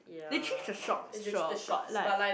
they keep the shops sure but like